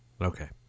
Okay